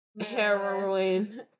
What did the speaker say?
heroin